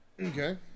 Okay